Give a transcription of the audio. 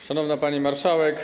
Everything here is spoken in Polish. Szanowna Pani Marszałek!